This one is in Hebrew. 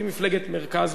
היא מפלגת מרכז,